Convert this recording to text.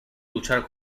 luchar